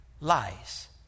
lies